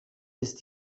ist